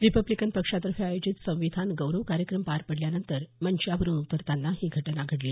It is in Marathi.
रिपब्लीकन पक्षातर्फे आयोजित संविधान गौरव कार्यक्रम पार पडल्यानंतर मंचावरून उतरतांना ही घटना घढली